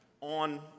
on